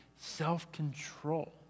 self-control